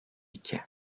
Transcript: iki